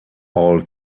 all